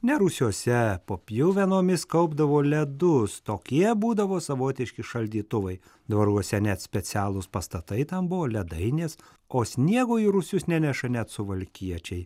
ne rūsiuose po pjuvenomis kaupdavo ledus tokie būdavo savotiški šaldytuvai dvaruose net specialūs pastatai tam buvo ledainės o sniego į rūsius neneša net suvalkiečiai